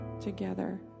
together